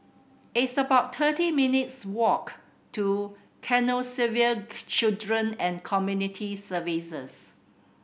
it's about thirty minutes' walk to Canossaville Children and Community Services